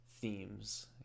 Themes